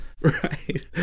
Right